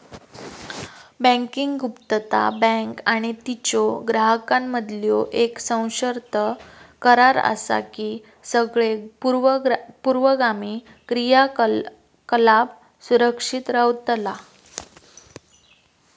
banking गुप्तता, bank आणि तिच्यो ग्राहकांमधीलो येक सशर्त करार असा की सगळे पूर्वगामी क्रियाकलाप सुरक्षित रव्हतला